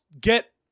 get